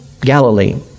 Galilee